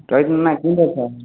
ଜୟ ଜଗନ୍ନାଥ କେମିତି ଅଛ